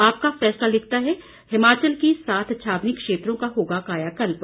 आपका फैसला लिखता है हिमाचल की सात छावनी क्षेत्रों का होगा कायाकल्प